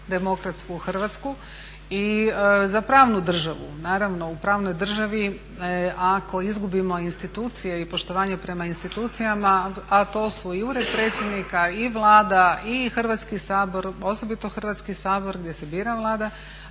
demokratsku Hrvatsku i za pravnu državu. Naravno u pravnoj državi ako izgubimo institucije i poštovanje prema institucijama a to su i Ured Predsjednika i Vlada i Hrvatski sabor, osobito Hrvatski sabor gdje se bira Vlada,